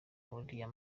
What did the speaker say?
ariya